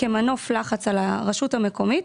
כמנוף לחץ על הרשות המקומית,